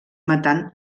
matant